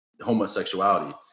homosexuality